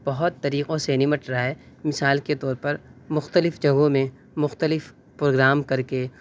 بہت طریقوں سے نمٹ رہا ہے مثال کے طور پر مختلف جگہوں میں مختلف پروگرام کر کے